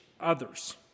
others